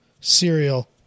cereal